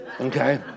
Okay